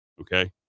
okay